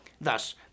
Thus